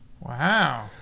Wow